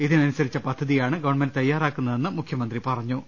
ഇതിനനുസരിച്ച പദ്ധതി യാണ് ഗവൺമെന്റ് തയാറാക്കുന്നതെന്ന് മുഖ്യമന്ത്രി പറഞ്ഞു